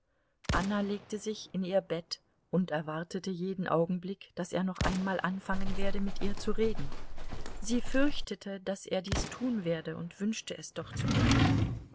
anna legte sich in ihr bett und erwartete jeden augenblick daß er noch einmal anfangen werde mit ihr zu reden sie fürchtete daß er dies tun werde und wünschte es doch zugleich